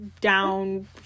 down